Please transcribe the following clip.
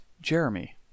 Jeremy